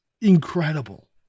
incredible